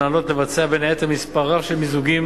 המנהלות לבצע בין היתר מספר רב של מיזוגים